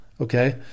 okay